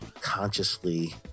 consciously